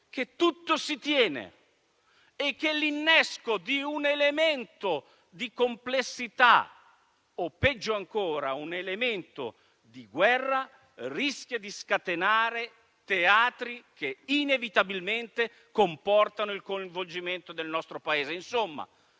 che tutto si tiene e che l'innesco di un elemento di complessità, o peggio ancora un elemento di guerra, rischia di scatenare teatri che inevitabilmente comportano il coinvolgimento del nostro Paese.